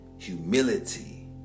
Humility